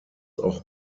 auch